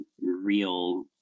real